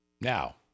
Now